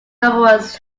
numerous